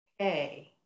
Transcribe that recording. Okay